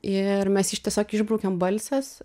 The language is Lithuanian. ir mes iš tiesiog išbraukėm balses